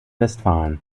westfalen